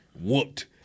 whooped